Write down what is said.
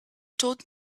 taught